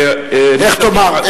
איך תאמר?